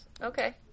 Okay